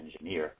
engineer